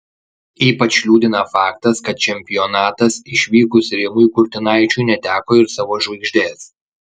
ypač liūdina faktas kad čempionatas išvykus rimui kurtinaičiui neteko ir savo žvaigždės